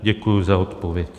Děkuji za odpověď.